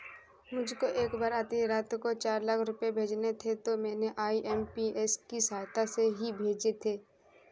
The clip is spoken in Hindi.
मुझको एक बार आधी रात को चार लाख रुपए भेजने थे तो मैंने आई.एम.पी.एस की सहायता से ही भेजे थे